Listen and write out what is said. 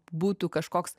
būtų kažkoks